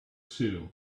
too